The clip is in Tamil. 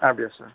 அப்படியா சார்